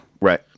Right